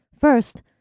First